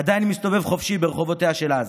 עדיין מסתובב חופשי ברחובותיה של עזה.